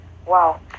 Wow